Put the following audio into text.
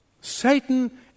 Satan